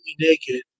naked